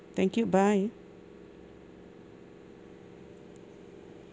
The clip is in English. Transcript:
thank you bye